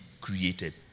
created